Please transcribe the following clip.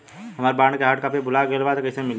हमार बॉन्ड के hard copy भुला गएलबा त कैसे मिली?